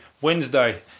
wednesday